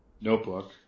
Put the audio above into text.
notebook